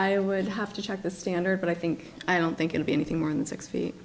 i would have to check the standard but i think i don't think it'll be anything more than six feet